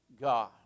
God